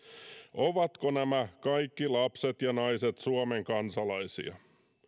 ovatko nämä kaikki lapset ja naiset suomen kansalaisia